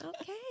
Okay